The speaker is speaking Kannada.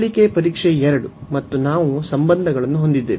ಹೋಲಿಕೆ ಪರೀಕ್ಷೆ 2 ಮತ್ತೆ ನಾವು ಈ ಸಂಬಂಧಗಳನ್ನು ಹೊಂದಿದ್ದೇವೆ